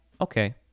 Okay